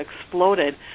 exploded